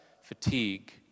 fatigue